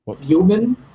human